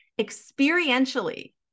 experientially